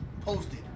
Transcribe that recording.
posted